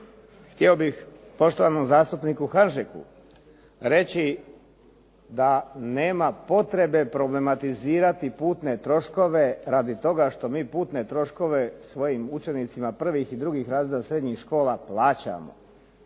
htio bih poštovanom zastupniku Hanžeku reći da nema potrebe problematizirati putne troškove radi toga što mi putne troškove svojim učenicima prvih i drugih razreda srednjih škola plaćamo.